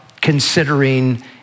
considering